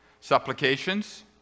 Supplications